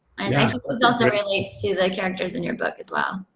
and i think this also relates to the characters in your book as well.